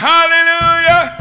Hallelujah